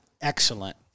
excellent